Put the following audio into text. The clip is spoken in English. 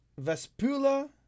vespula